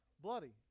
bloody